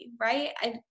right